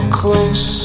close